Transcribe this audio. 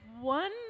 one